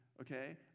okay